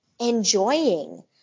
enjoying